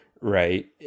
right